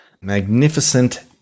magnificent